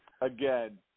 again